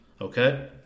Okay